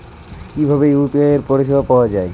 কিভাবে ইউ.পি.আই পরিসেবা পাওয়া য়ায়?